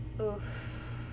Oof